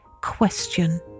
question